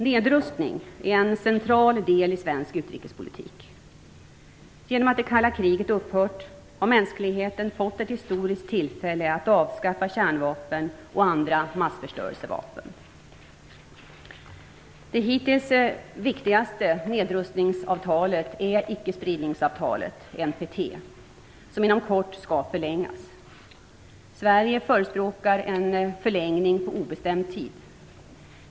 Nedrustning är en central del i svensk utrikespolitik. Genom att det kalla kriget upphört har mänskligheten fått ett historiskt tillfälle att avskaffa kärnvapen och andra massförstörelsevapen. Det hittills viktigaste nedrustningsavtalet är ickespridningsavtalet, NPT, som inom kort skall förlängas. Sverige förespråkar en förlängning på obestämd tid.